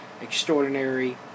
extraordinary